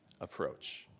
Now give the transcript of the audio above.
approach